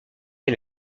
des